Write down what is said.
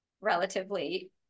relatively